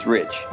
Rich